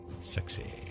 Sexy